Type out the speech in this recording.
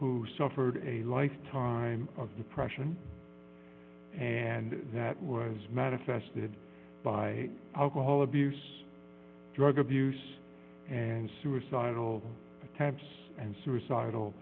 who suffered a lifetime of the pressure and that was manifested by alcohol abuse drug abuse and suicidal attempts and suicidal